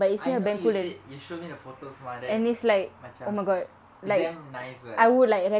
I know you said you show me the photos mah and then macam it's damn nice [what]